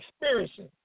experiencing